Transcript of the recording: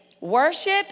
worship